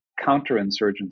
counterinsurgency